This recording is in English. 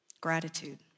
gratitude